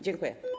Dziękuję.